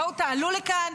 בואו תעלו לכאן,